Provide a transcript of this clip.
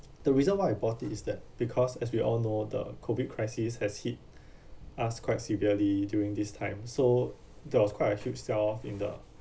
the reason why I bought it is that because as we all know the COVID crisis has hit us quite severely during this time so there was quite a huge sell off in the